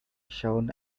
shown